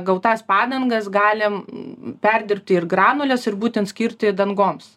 gautas padangas galim m perdirbti ir granules ir būtent skirti dangoms